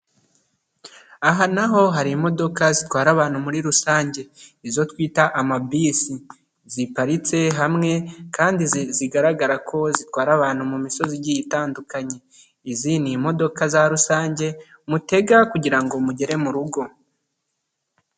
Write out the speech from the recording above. Aha naho hari imodoka zitwara abantu muri rusange, izo twita amabisi, ziparitse hamwe kandi zigaragara ko zitwara abantu mu misozi igiye itandukanye, izi ni imodoka za rusange mutega kugira ngo mugere muru rugo.